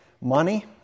Money